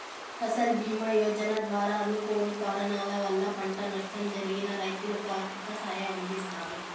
ఫసల్ భీమ యోజన ద్వారా అనుకోని కారణాల వల్ల పంట నష్టం జరిగిన రైతులకు ఆర్థిక సాయం అందిస్తారు